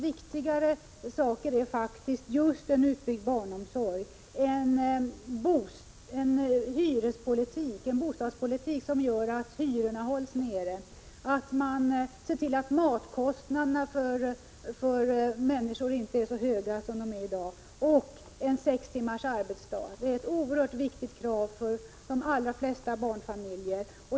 Viktigare är just en utbyggd barnomsorg, en bostadspolitik som gör att hyrorna hålls nere, att sänka matkostnaderna för människor och att genomföra sex timmars arbetsdag. Det är oerhört viktiga krav för de allra flesta barnfamiljer.